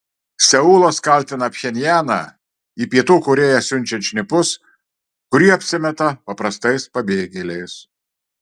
seulas kaltina pchenjaną į pietų korėją siunčiant šnipus kurie apsimeta paprastais pabėgėliais